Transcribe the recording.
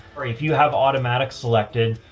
or if you have automatic selected,